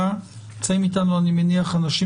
נמצאים איתנו, אני מניח, אנשים